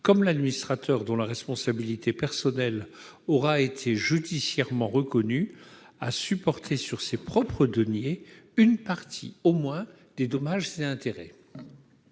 comme l'administrateur dont la responsabilité personnelle aura été judiciairement reconnue à supporter sur ses propres deniers une partie, au moins, des dommages et intérêts.